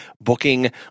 booking